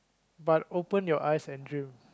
but open your eyes and dream